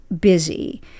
busy